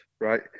right